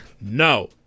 no